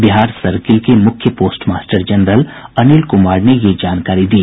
Bihar circle के मुख्य post master general Anil Kumar ने यह जानकारी दी